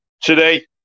today